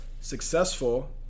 successful